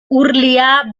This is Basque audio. urlia